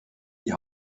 die